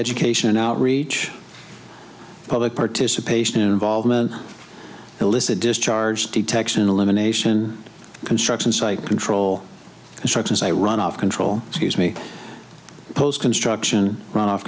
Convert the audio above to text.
education and outreach public participation and involvement illicit discharge detection elimination construction site control structures a run off control scuse me post construction run off